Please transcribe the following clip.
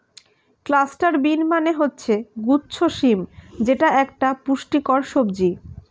cluster bean মানে হচ্ছে গুচ্ছ শিম যেটা একটা পুষ্টিকর সবজি